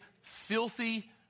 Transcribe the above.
filthy